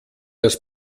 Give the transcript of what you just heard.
das